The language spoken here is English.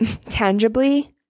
tangibly